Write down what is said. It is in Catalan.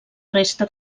resta